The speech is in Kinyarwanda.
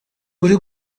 uri